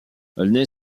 l’année